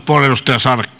puhemies